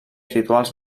rituals